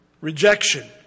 rejection